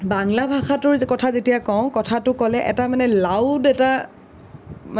বাংলা ভাষাটোৰ কথা যেতিয়া কওঁ কথাটো ক'লে এটা মানে লাউড এটা